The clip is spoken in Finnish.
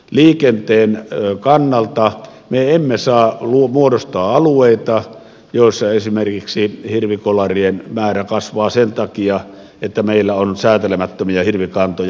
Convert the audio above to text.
liikenteen kannalta me emme saa muodostaa alueita joilla esimerkiksi hirvikolarien määrä kasvaa sen takia että meillä on säätelemättömiä hirvikantoja